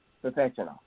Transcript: professional